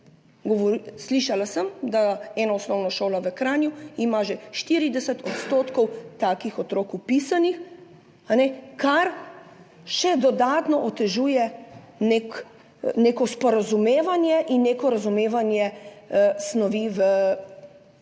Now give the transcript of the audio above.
Slišala sem, da ima ena osnovna šola v Kranju že 40 % takih otrok vpisanih, kar še dodatno otežuje neko sporazumevanje in neko razumevanje snovi v razredu